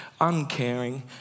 uncaring